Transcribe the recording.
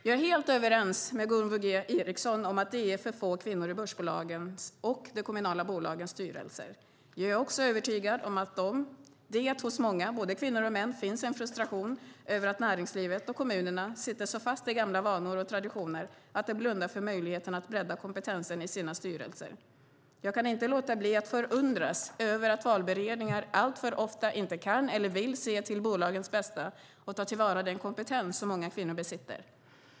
Jag är helt överens med Gunvor G Ericson om att det är för få kvinnor i börsbolagens och de kommunala bolagens styrelser. Jag är också övertygad om att det hos många, både kvinnor och män, finns en frustration över att näringslivet och kommunerna sitter så fast i gamla vanor och traditioner att de blundar för möjligheten att bredda kompetensen i sina styrelser. Jag kan inte låta bli att förundras över att valberedningar alltför ofta inte kan eller vill se till bolagens bästa och ta till vara den kompetens som många kvinnor besitter.